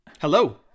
Hello